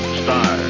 star